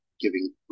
giving